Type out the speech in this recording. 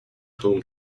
home